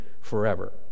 forever